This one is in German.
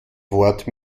wort